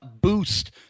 boost